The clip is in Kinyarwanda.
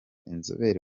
inzobere